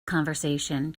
conversation